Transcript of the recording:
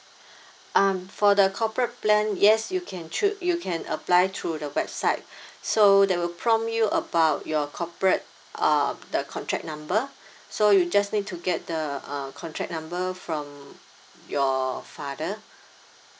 um for the corporate plan yes you can choo~ you can apply through the website so they will prompt you about your corporate uh the contract number so you just need to get the uh contract number from your father